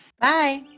Bye